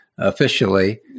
officially